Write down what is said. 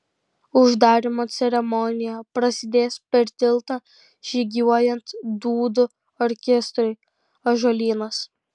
uždarymo ceremonija prasidės per tiltą žygiuojant dūdų orkestrui ąžuolynas